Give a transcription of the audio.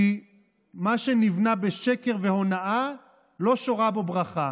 כי מה שנבנה בשקר והונאה, לא שורה בו ברכה.